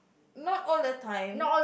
not all the time